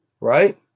right